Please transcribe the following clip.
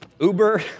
Uber